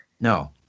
No